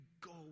go